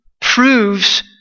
proves